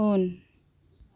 उन